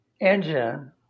engine